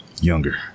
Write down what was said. younger